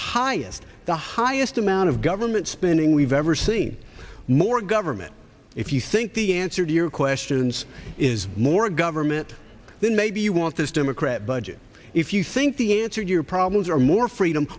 highest the highest amount of government spending we've ever seen more government if you think the answer to your questions is more government then maybe you want this democrat budget if you think the answer to your problems are more freedom